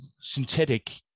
synthetic